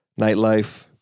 nightlife